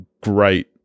great